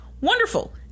wonderful